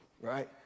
right